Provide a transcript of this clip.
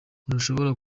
ntushobora